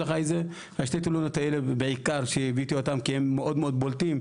שתי התלונות האלה בעיקר שהבאתי אותן כי הן מאוד בולטות,